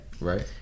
Right